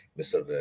Mr